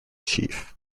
chief